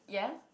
ya